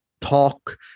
talk